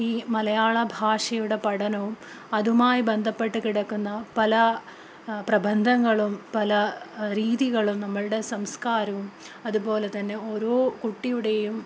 ഈ മലയാളഭാഷയുടെ പഠനവും അതുമായി ബന്ധപ്പെട്ട് കിടക്കുന്ന പല പ്രബന്ധങ്ങളും പല രീതികളും നമ്മുടെ സംസ്കാരവും അതുപോലെ തന്നെ ഓരോ കുട്ടിയുടെയും